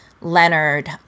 Leonard